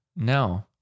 No